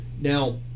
Now